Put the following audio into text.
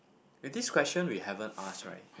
eh this question we haven't ask right